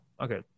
Okay